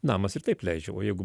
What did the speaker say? namas ir taip leidžia o jeigu